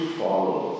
follow